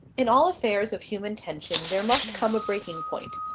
in all affairs of human tension there must come a breaking point.